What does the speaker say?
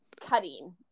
cutting